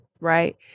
Right